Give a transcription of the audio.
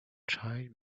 child